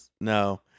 No